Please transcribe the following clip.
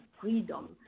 freedom